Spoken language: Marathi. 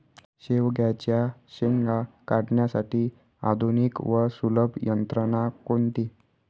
शेवग्याच्या शेंगा काढण्यासाठी आधुनिक व सुलभ यंत्रणा कोणती?